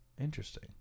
Interesting